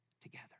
together